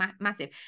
massive